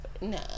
no